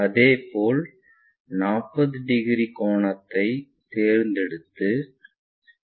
அதேபோல் 40 டிகிரி கோணத்தைத் தேர்ந்தெடுத்து இந்த 75 மிமீ நீளத்தை வரையவும்